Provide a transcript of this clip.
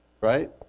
Right